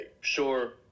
sure